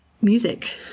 music